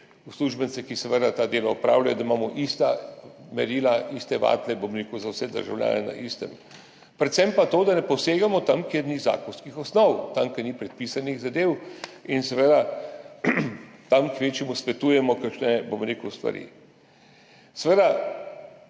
uslužbence, ki seveda ta dela opravljajo, da imamo ista merila, iste vatle za vse državljane, da so na istem. Predvsem pa to, da ne posegamo tja, kjer ni zakonskih osnov, tja, kjer ni predpisanih zadev in seveda tam kvečjemu svetujemo kakšne stvari. To,